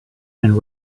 and